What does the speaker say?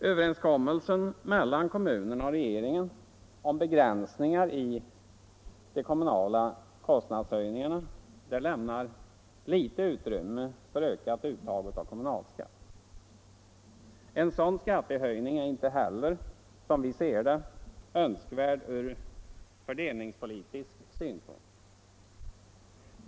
Överenskommelsen mellan kommunerna och regeringen om begränsningar i de kommunala skattehöjningarna lämnar litet utrymme för ökat uttag av kommunalskatt. En sådan skattehöjning är inte heller, som vi ser det, önskvärd ur fördelningspolitisk synpunkt.